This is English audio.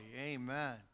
Amen